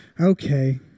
Okay